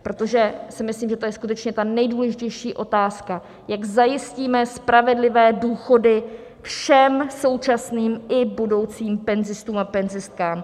Protože si myslím, že to je skutečně ta nejdůležitější otázka, jak zajistíme spravedlivé důchody všem současným i budoucím penzistům a penzistkám.